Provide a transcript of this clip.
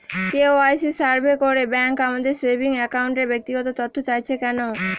KYC survey করে bank আমাদের saving অ্যাকাউন্টের ব্যক্তিগত তথ্য চাইছে কেন?